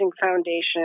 foundation